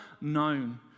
known